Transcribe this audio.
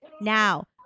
now